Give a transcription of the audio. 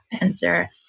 answer